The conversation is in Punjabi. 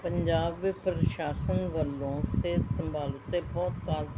ਪੰਜਾਬ ਦੇ ਪ੍ਰਸ਼ਾਸਨ ਵੱਲੋਂ ਸਿਹਤ ਸੰਭਾਲ ਉੱਤੇ ਬਹੁਤ ਖਾਸ